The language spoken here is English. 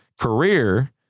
career